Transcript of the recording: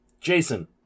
Jason